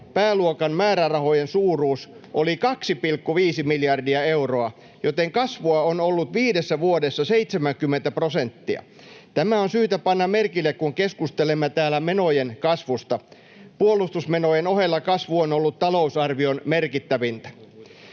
pääluokan määrärahojen suuruus oli 2,5 miljardia euroa, joten kasvua on ollut viidessä vuodessa 70 prosenttia. Tämä on syytä panna merkille, kun keskustelemme täällä menojen kasvusta. Puolustusmenojen ohella kasvu on ollut talousarvion merkittävintä.